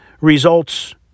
results